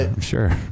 Sure